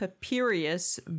Papirius